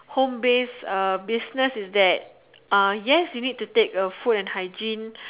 home based uh business is that uh yes you need to take a food and hygiene